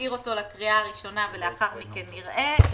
נשאיר אותו לקריאה ראשונה ולאחר מכן נראה.